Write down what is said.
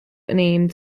named